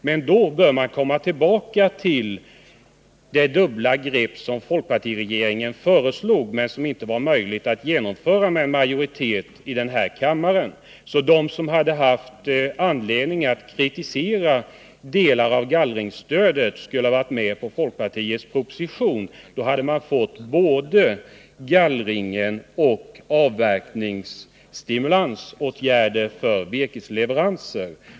Men då bör man komma tillbaka till det dubbla grepp som folkpartiregeringen föreslog men som inte var möjligt att genomföra med en majoritet i den här kammaren. De som haft anledning att kritisera delar av gallringsstödet borde ha varit med på folkpartiets proposition. Då hade vi fått både ett gallringsstöd och avverkningsstimulanser för leveransvirke.